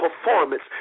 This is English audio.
performance